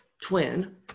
twin